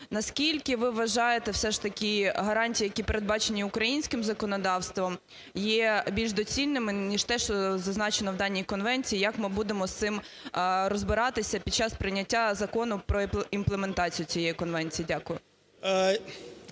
Наскільки, ви вважаєте, все ж таки гарантії, які передбачені українським законодавством, є більш доцільними, ніж те, що зазначено в даній конвенції? Як ми будемо з цим розбиратися під час прийняття закону про імплементацію цієї конвенції? Дякую.